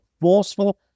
forceful